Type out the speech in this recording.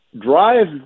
drive